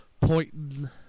pointing